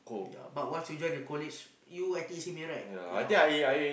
ya but once we join the college you I_T_E-Simei right yeah